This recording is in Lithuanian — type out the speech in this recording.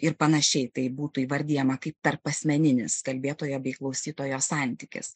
ir panašiai tai būtų įvardijama kaip tarpasmeninis kalbėtojo bei klausytojo santykis